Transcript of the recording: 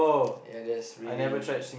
yeah that's really